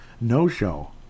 no-show